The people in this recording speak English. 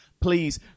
Please